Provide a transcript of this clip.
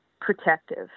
protective